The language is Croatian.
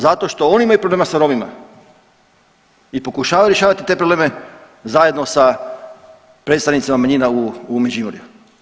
Zato što oni imaju problema sa Romima i pokušavaju rješavati te probleme zajedno sa predstavnicima manjina u Međimurju.